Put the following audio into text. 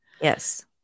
Yes